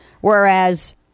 Whereas